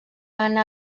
anar